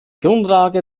grundlage